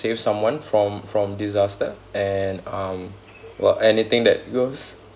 save someone from from disaster and um well anything that goes